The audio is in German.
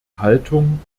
haltung